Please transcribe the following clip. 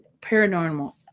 paranormal